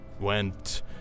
went